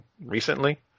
recently